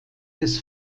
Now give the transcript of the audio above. des